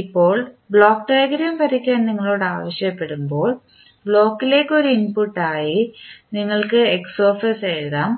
ഇപ്പോൾ block diagram വരയ്ക്കാൻ നിങ്ങളോട് ആവശ്യപ്പെടുമ്പോൾ ബ്ലോക്കിലേക്ക് ഒരു ഇൻപുട്ടായി നിങ്ങൾക്ക് എഴുതാം